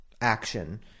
action